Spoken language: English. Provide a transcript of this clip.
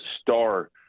star